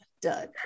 done